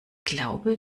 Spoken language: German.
glaube